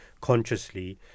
consciously